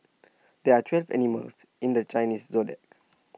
there are twelve animals in the Chinese Zodiac